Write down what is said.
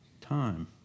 time